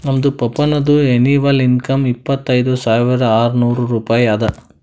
ನಮ್ದು ಪಪ್ಪಾನದು annual income ಇಪ್ಪತೈದ್ ಸಾವಿರಾ ಆರ್ನೂರ್ ರೂಪಾಯಿ ಅದಾ